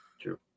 True